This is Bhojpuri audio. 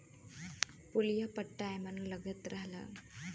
पुलिया पट्टा एमन लगल रहला